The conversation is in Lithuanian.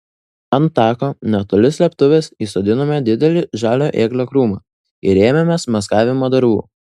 ant tako netoli slėptuvės įsodinome didelį žalio ėglio krūmą ir ėmėmės maskavimo darbų